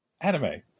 anime